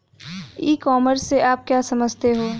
ई commerce से आप क्या समझते हो?